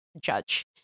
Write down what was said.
judge